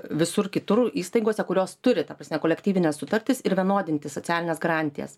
visur kitur įstaigose kurios turi ta prasme kolektyvines sutartis ir vienodinti socialines garantijas